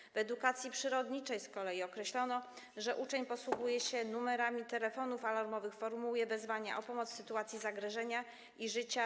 W zakresie edukacji przyrodniczej z kolei określono, że uczeń posługuje się numerami telefonów alarmowych, formułuje wezwania o pomoc w sytuacji zagrożenia życia.